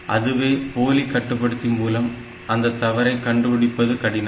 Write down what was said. அதுவே போலி கட்டுப்படுத்தி மூலம் அந்த தவறைக் கண்டு பிடிப்பது கடினம்